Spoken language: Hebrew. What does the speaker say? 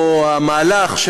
או המהלך,